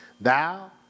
thou